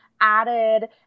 Added